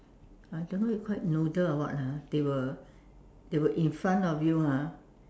I don't know you call it noodle or what ah they will in front of you ah